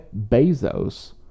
Bezos